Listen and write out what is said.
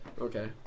Okay